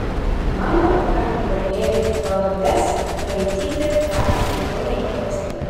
mano ranka drebėjo todėl raides raityti teko ilgiau nei paprastai